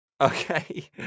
Okay